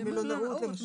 במלונאות.